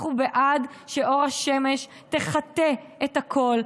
אנחנו בעד שאור השמש יחטא את הכול,